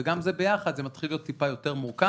וגם זה ביחד זה מתחיל להיות טיפה יותר מורכב.